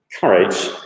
courage